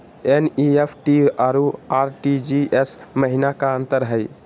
NEFT अरु RTGS महिना का अंतर हई?